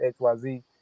xyz